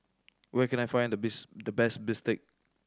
where can I find the bis the best bistake